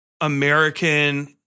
American